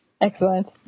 Excellent